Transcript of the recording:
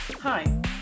Hi